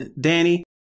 Danny